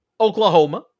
Oklahoma